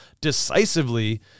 decisively